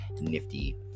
nifty